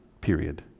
period